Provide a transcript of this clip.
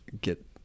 get